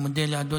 אני מודה לאדוני.